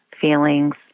feelings